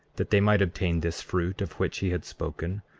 that they might obtain this fruit of which he had spoken,